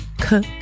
cook